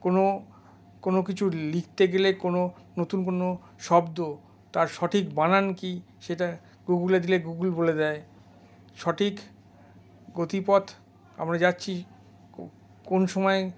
কোনো কোনো কিছু লিখতে গেলে কোনো নতুন কোনো শব্দ তার সঠিক বানান কি সেটা গুগলে দিলে গুগল বলে দেয় সঠিক গতিপথ আমরা যাচ্ছি কোন সময়